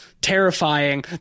terrifying